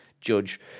judge